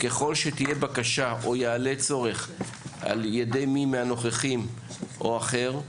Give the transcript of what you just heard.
ככל שתהיה בקשה או יעלה צורך על ידי מי מהנוכחים או אחר,